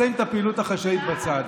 שים את הפעילות החשאית בצד.